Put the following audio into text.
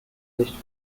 nicht